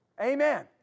Amen